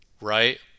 right